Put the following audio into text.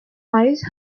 ice